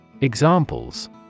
Examples